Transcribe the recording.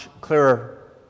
clearer